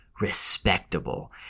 respectable